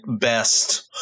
best